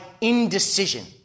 indecision